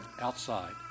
outside